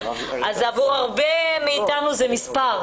אז עבור הרבה מאיתנו זה מספר.